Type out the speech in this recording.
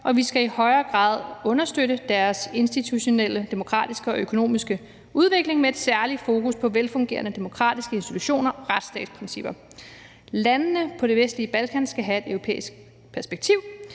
og vi skal i højere grad understøtte deres institutionelle, demokratiske og økonomiske udvikling med et særligt fokus på velfungerende demokratiske institutioner og retsstatprincipper. Landene på det vestlige Balkan skal have et europæisk perspektiv,